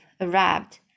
arrived